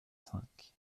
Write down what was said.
cinq